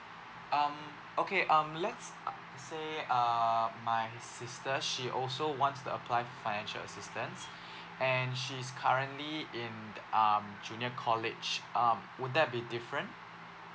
um okay um let's say uh my sister she also wants to apply financial assistance and she's currently in um junior college um would that be different